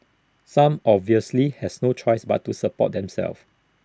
some obviously has no choice but to support themselves